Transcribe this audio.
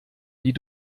die